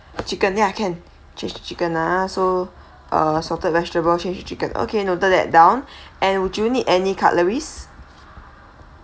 chicken yeah can change to chicken ah so uh salted vegetable change to chicken okay noted that down and would you need any cutleries